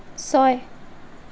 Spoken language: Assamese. ছয়